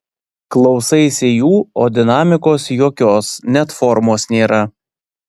klausaisi jų o dinamikos jokios net formos nėra